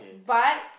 but